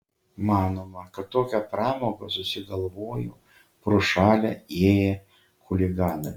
manoma kad tokią pramogą susigalvojo pro šalį ėję chuliganai